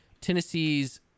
Tennessee's